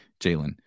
Jalen